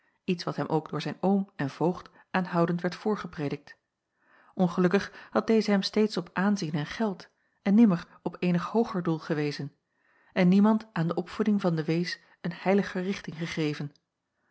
iets wat hem ook door zijn oom en voogd aanhoudend werd voorgepredikt ongelukkig had deze hem steeds op aanzien en geld en nimmer op eenig hooger doel gewezen en niemand aan de opvoeding van den wees een heiliger richting gegeven